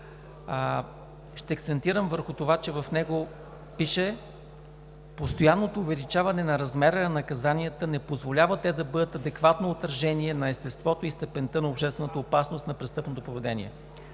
Ще акцентирам върху това, че в него пише: „Постоянното увеличаване на размера на наказанията не позволява те да бъдат адекватно отражение на естеството и степента на обществената опасност на престъпното поведение“.